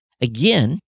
again